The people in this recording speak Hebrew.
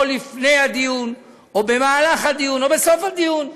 או לפני הדיון, או במהלך הדיון, או בסוף הדיון,